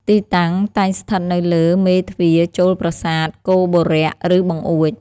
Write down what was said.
ទីតាំង តែងស្ថិតនៅពីលើមេទ្វារចូលប្រាសាទ គោបុរៈ ឬបង្អួច។